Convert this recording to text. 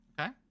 Okay